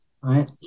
right